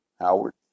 Howard